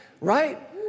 right